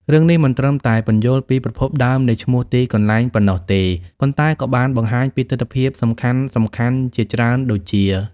រឿងនេះមិនត្រឹមតែពន្យល់ពីប្រភពដើមនៃឈ្មោះទីកន្លែងប៉ុណ្ណោះទេ ប៉ុន្តែក៏បានបង្ហាញពីទិដ្ឋភាពសំខាន់ៗជាច្រើនដូចជា៖